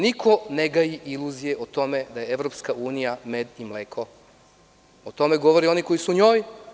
Niko ne gaji iluzije o tome da je EU med i mleko, o tome govore oni koji su u njoj.